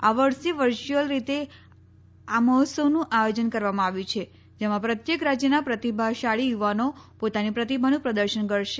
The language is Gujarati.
આ વર્ષે વર્ચ્યુઅલ રીતે આ મહોત્સવનું આયોજન કરવામાં આવ્યું છે જેમાં પ્રત્યેક રાજયના પ્રતિભાશાળી યુવાનો પોતાની પ્રતિભાનું પ્રદર્શન કરશે